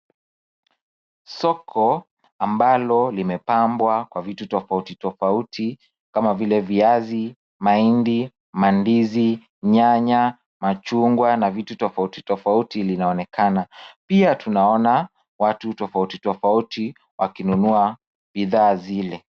Soko ambalo limepambwa kwa vitu tofautitofauti kama vile viazi, mahindi, mandizi, nyanya, machungwa na vitu tofauti tofauti vinaonekana. Pia tunaona watu tofauti tofauti wakinunua bidhaa zile.